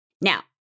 Now